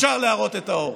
אפשר להראות את האור.